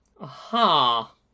Aha